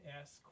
ask